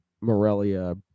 Morelia